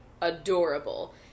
adorable